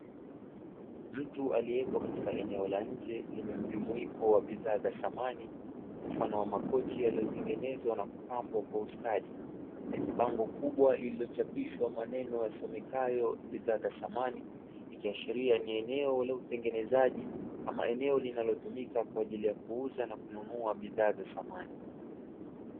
Mtu aliyepo katika eneo la nje lenye mjumuiko wa bidhaa za samani mfano wa makochi yaliyotengenezwa na kupambwa kwa ustadi yenye bango kubwa lililochapishwa maneno yasomekayo bidhaa za samani, ikiashiria ni eneo la utengenezaji ama eneo linalotumika kwa ajili ya kuuza na kununua bidhaa za samani.